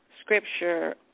scripture